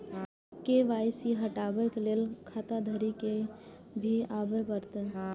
KYC हटाबै के लैल खाता धारी के भी आबे परतै?